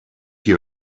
you